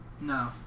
No